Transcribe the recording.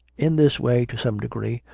in this way, to some degree,